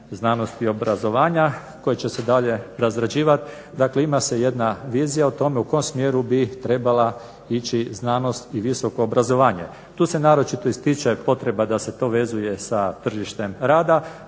znanosti i obrazovanja koje će se dalje razrađivati. Dakle ima se jedna vizija o tome u kom smjeru bi trebala ići znanost i visoko obrazovanje. Tu se naročito ističe potreba da se to vezuje sa tržištem rada